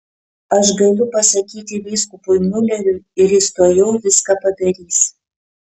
aš galiu pasakyti vyskupui miuleriui ir jis tuojau viską padarys